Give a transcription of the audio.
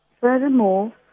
Furthermore